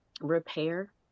repair